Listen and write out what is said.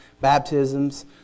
baptisms